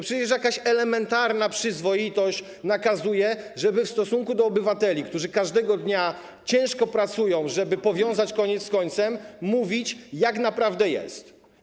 Przecież jakaś elementarna przyzwoitość nakazuje, żeby w stosunku do obywateli, którzy każdego dnia ciężko pracują, by powiązać koniec z końcem, mówić, jak naprawdę jest.